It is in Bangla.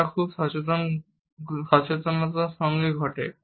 তারা খুব সামান্য সচেতনতা সঙ্গে ঘটে